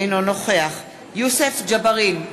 אינו נוכח יוסף ג'בארין,